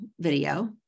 video